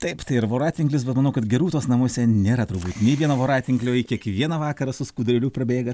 taip tai yra voratinklis bet manau kad gerūtos namuose nėra turbūt nei vieno voratinklio ji kiekvieną vakarą su skudurėliu prabėga